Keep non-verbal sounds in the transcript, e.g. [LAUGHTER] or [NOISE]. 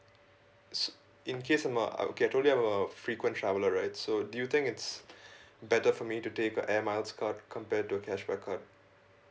s~ in case I'm a ah okay I've told you I'm a frequent traveller right so do you think it's [BREATH] better for me to take a air miles card compared to cashback card